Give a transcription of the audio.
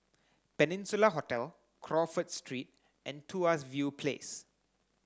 Peninsula Hotel Crawford Street and Tuas View Place